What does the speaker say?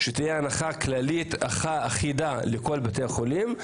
שתהיה הנחה כללית אחידה לכל בתי החולים.